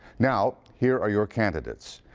now, here are your candidates.